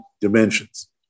dimensions